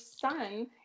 son